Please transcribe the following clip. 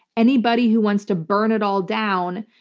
anybody who wants to burn it all down,